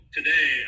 today